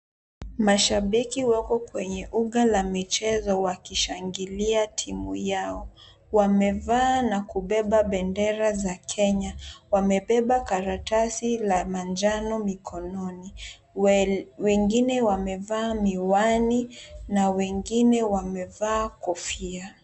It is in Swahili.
Mashabiki wako kwenye uga la michezo wakishangilia timu yao. Wamevaa na kubeba bendera za Kenya, wamebeba karatasi la manjano mikononi. Wengine wamevaa miwani na wengine wamevaa kofia.